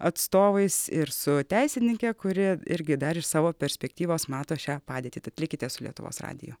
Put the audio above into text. atstovais ir su teisininke kuri irgi dar iš savo perspektyvos mato šią padėtį tad likite su lietuvos radiju